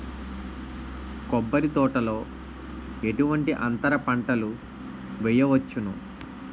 కొబ్బరి తోటలో ఎటువంటి అంతర పంటలు వేయవచ్చును?